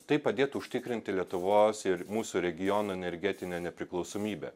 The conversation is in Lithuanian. tai padėtų užtikrinti lietuvos ir mūsų regiono energetinę nepriklausomybę